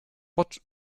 but